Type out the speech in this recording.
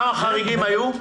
כמה חריגים היו,